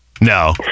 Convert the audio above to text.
No